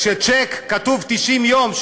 כשבצ'ק כתוב 90 יום,